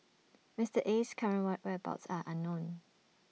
Mister Aye's current whereabouts are unknown